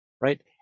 right